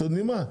אתם יודעים מה,